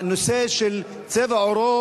נושא צבע העור,